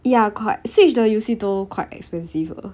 ya quite switch 的游戏都 quite expensive 的